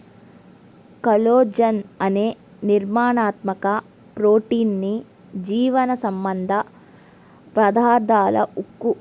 collagen అనే నిర్మాణాత్మక protein ని జీవసంబంధ పదార్థాల ఉక్కు అని పిలుస్తారు